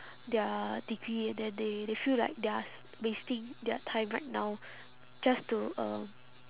their degree and then they they feel like they are s~ wasting their time right now just to um